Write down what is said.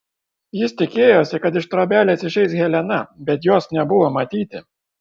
jis tikėjosi kad iš trobelės išeis helena bet jos nebuvo matyti